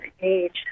age